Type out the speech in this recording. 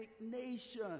nation